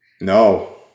No